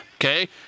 okay